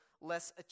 less